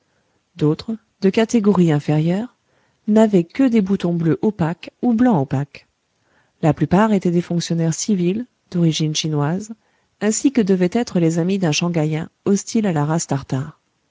d'autres de catégorie inférieure n'avaient que des boutons bleu opaque ou blanc opaque la plupart étaient des fonctionnaires civils d'origine chinoise ainsi que devaient être les amis d'un shanghaïen hostile à la race tartare